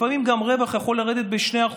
לפעמים רווח יכול גם לרדת ב-2%,